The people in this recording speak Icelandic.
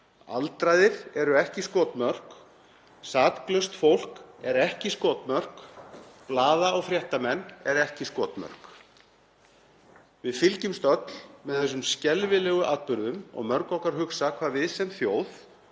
aldraðir eru ekki skotmörk. Saklaust fólk er ekki skotmörk, blaða- og fréttamenn eru ekki skotmörk. Við fylgjumst öll með þessum skelfilegu atburðum og mörg okkar hugsa hvað við sem þjóð,